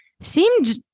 seemed